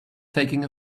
taking